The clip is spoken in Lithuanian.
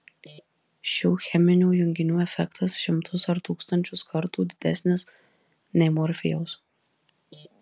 šių cheminių junginių efektas šimtus ar tūkstančius kartų didesnis nei morfijaus